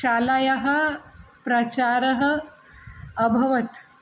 शालायाः प्रचारः अभवत्